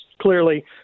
clearly